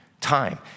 time